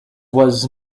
was